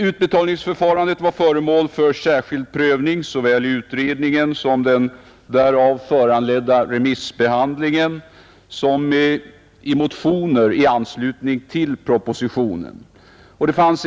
Utbetalningsförfarandet var föremål för särskild prövning såväl i utredningen och den därav föranledda remissbehandlingen som i motioner i anslutning till propositionen.